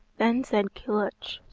then said kilhuch,